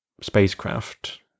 spacecraft